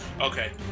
Okay